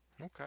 Okay